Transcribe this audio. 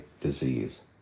disease